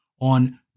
on